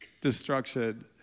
destruction